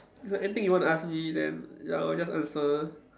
is there anything you want to ask me then ya lor I'll just answer